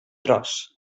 tros